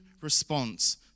response